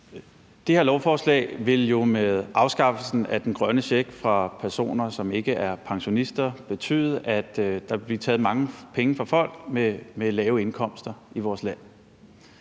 Det her lovforslag vil jo med afskaffelsen af den grønne check for personer, der ikke er pensionister, betyde, at der vil blive taget mange penge fra folk med lave indkomster i vores land.